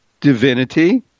divinity